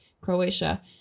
croatia